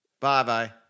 Bye-bye